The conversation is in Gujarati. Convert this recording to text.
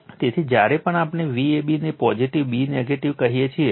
તેથી જ્યારે પણ આપણે Vab ને પોઝિટીવ b નેગેટિવ કહીએ છીએ